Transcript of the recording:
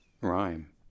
rhyme